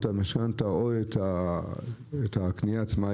או את המשכנתא או את הקנייה עצמה,